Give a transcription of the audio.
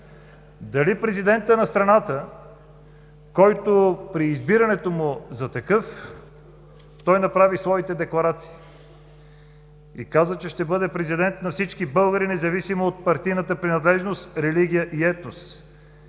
за президента на страната, който при избирането му за такъв направи декларация и каза, че ще бъде президент на всички българи, независимо от партийната принадлежност, религия и етнос,